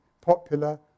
popular